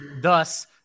Thus